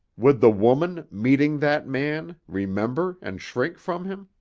would the woman, meeting that man, remember and shrink from him?